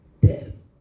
death